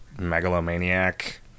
megalomaniac